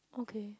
okay